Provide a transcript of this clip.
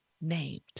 named